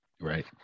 right